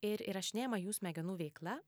ir įrašinėjama jų smegenų veikla